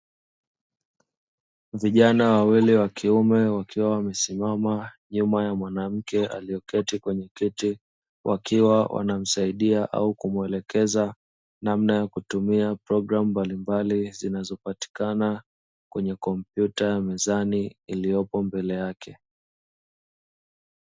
Vijana wawili wa kiume wakiwa wamesimama nyuma ya mwanamke aliyeketi kwenye kiti, wakiwa wanamsaidia au kumwelekeza namna ya kutumia programu mbalimbali zinazopatikana kwenye kompyuta mezani iliyopo mbele yake.